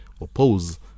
oppose